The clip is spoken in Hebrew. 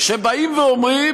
שבאים ואומרים